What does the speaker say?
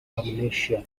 malaysia